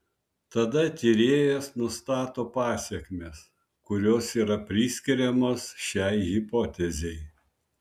tada tyrėjas nustato pasekmes kurios yra priskiriamos šiai hipotezei